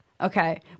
Okay